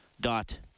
dot